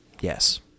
Yes